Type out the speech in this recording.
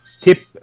tip